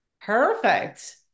Perfect